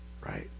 right